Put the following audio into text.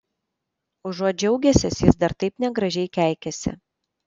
užuot džiaugęsis jis dar taip negražiai keikiasi